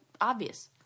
obvious